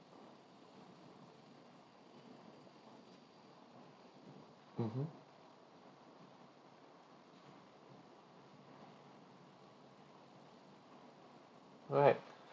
mmhmm right